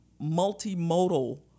multimodal